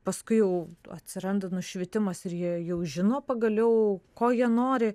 paskui jau atsiranda nušvitimas ir jie jau žino pagaliau ko jie nori